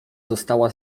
została